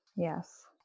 Yes